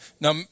Now